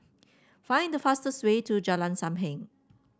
find the fastest way to Jalan Sam Heng